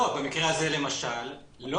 במקרה הזה למשל לא